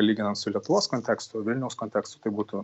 lyginant su lietuvos kontekstu vilniaus kontekstu tai būtų